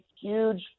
huge